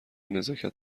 نزاکت